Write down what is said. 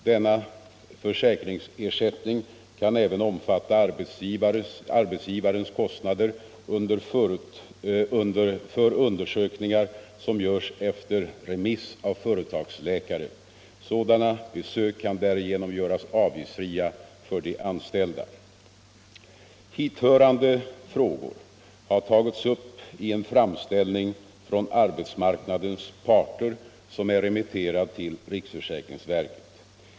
Denna försäkringsersättning kan även omfatta arbetsgivarens kostnader för undersökningar som görs efter remiss av företagsläkaren. Sådana besök kan därigenom göras avgiftsfria för de anställda. Hithörande frågor har tagits upp i en framställning från arbetsmarknadens parter som är remitterad till riksförsäkringsverket.